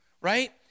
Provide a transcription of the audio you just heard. Right